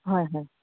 হয় হয়